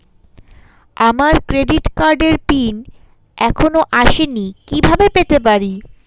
আমার ক্রেডিট কার্ডের পিন এখনো আসেনি কিভাবে পেতে পারি?